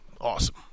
Awesome